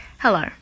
Hello